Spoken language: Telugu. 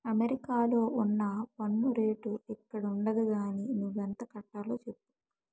అమెరికాలో ఉన్న పన్ను రేటు ఇక్కడుండదు గానీ నువ్వెంత కట్టాలో చెప్పు